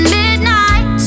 midnight